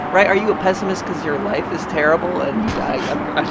right? are you a pessimist because your life is terrible, and you die younger? i'm